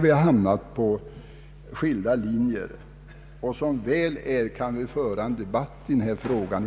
Vi har hamnat på skilda ståndpunkter, men som väl är kan vi nu föra en debatt i denna fråga